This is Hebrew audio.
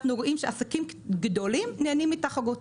אנחנו רואים שעסקים גדולים נהנים מתחרות,